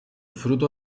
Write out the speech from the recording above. fruto